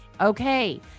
Okay